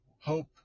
hope